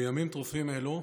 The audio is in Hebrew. בימים טרופים אלו